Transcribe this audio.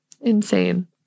insane